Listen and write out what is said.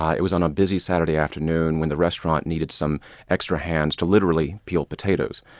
ah it was on a busy saturday afternoon when the restaurant needed some extra hands to literally peel potatoes.